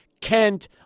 Kent